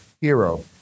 hero